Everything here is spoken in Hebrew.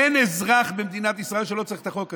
אין אזרח במדינת ישראל שלא צריך את החוק הזה.